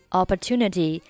opportunity